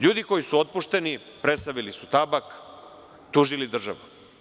Ljudi koji su otpušteni presavili su tabak tužili državu.